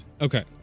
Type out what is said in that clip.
Okay